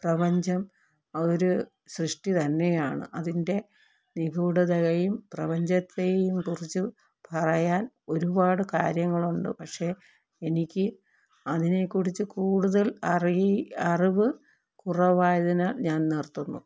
പ്രപഞ്ചം ഒരു സൃഷ്ടി തന്നെയാണ് അതിൻറ്റെ നിഗൂഢതയും പ്രപഞ്ചത്തേയും കുറിച്ച് പറയാൻ ഒരുപാട് കാര്യങ്ങളുണ്ട് പക്ഷെ എനിക്ക് അതിനെക്കുറിച്ച് കൂടുതൽ അറിവ് കുറവായതിനാൽ ഞാൻ നിർത്തുന്നു